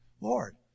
Lord